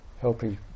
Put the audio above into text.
helping